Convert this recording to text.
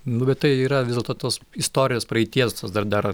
nu bet tai yra vis dėlto tos istorijos praeities tas dar dar